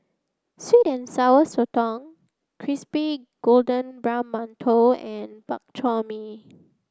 Sweet and Sour Sotong Crispy Golden Brown Mantou and Bak Chor Mee